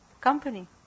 company